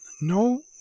no